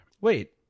Wait